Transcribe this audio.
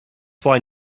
fly